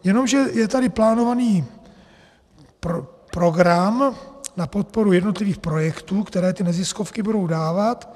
Jenomže je tady plánovaný program na podporu jednotlivých projektů, které ty neziskovky budou dávat.